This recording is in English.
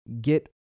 get